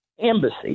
embassy